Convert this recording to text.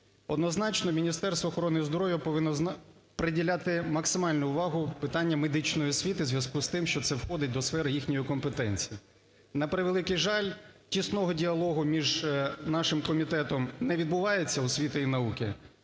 Однозначно Міністерство охорони здоров'я повинно приділяти максимальну увагу питанням медичної освіти в зв'язку із тим, що це входить до сфери їхньої компетенції. На превеликий жаль, тісного діалогу між нашим комітетом не відбувається, освіти і науки,